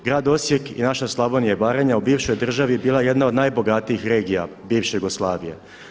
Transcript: Grad Osijek i naša Slavonija i Baranja u bivšoj državi bila je jedna od najbogatijih regija bivše Jugoslavije.